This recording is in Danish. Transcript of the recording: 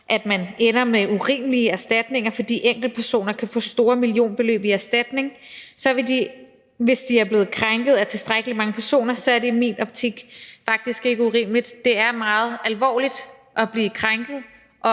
at man ender med urimelige erstatninger, fordi enkeltpersoner kan få store millionbeløb i erstatning, hvis de er blevet krænket af tilstrækkelig mange personer, så er det i min optik faktisk ikke urimeligt. Det er meget alvorligt at blive krænket,